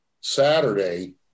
Saturday